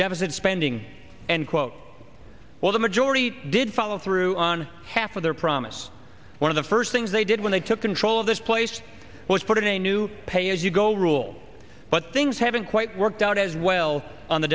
deficit spending and quote while the majority did follow through on half of their promise one of the first things they did when they took control of this place was put in a new pay as you go rule but things haven't quite worked out as well on the